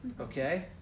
Okay